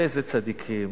איזה צדיקים.